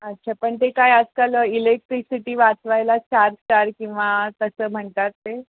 अच्छा पण ते काय आजकाल इलेक्ट्रिसिटी वाचवायला चार स्टार किंवा तसं म्हणतात ते